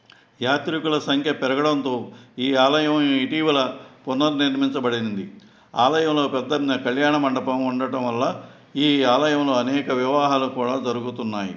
యాత్రికుల సంఖ్య పెరగడంతో ఈ ఆలయం ఇటీవల పునర్మించబడింది ఆలయంలో పెద్దన్న కళ్యాణమండపం ఉండటం వల్ల ఈ ఆలయంలో అనేక వివాహాలు కూడా జరుగుతున్నాయి